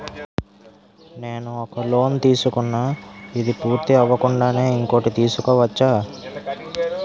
నేను ఒక లోన్ తీసుకున్న, ఇది పూర్తి అవ్వకుండానే ఇంకోటి తీసుకోవచ్చా?